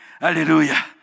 Hallelujah